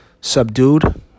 subdued